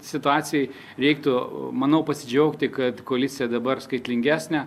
situacijoj reiktų manau pasidžiaugti kad koalicija dabar skaitlingesnė